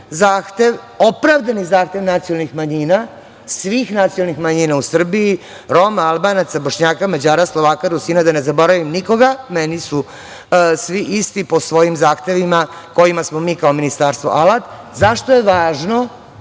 zahtev, opravdani zahtev nacionalnih manjina, svih nacionalnih manjina u Srbiji, Roma, Albanaca, Bošnjaka, Mađara, Slovaka, Rusina, da ne zaboravim nikoga, meni su svi isti po svojim zahtevima, kojima smo mi kao ministarstvo alat, zašto je važno